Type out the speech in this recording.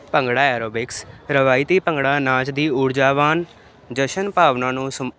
bhangra aerobics ਰਵਾਇਤੀ ਭੰਗੜਾ ਨਾਚ ਦੀ ਊਰਜਾਵਾਨ ਜਸ਼ਨ ਭਾਵਨਾ ਨੂੰ ਸੰ